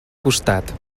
costat